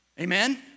Amen